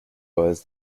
was